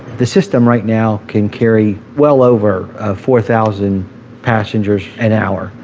the system, right now, can carry well over four thousand passengers an hour.